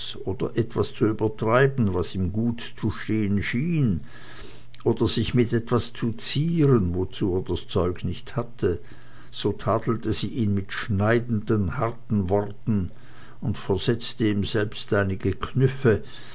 oder etwas zu übertreiben was ihm gut zu stehen schien oder sich mit etwas zu zieren wozu er das zeug nicht hatte so tadelte sie ihn mit schneidenden harten worten und versetzte ihm selbst einige knüffe